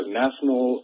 national